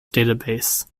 database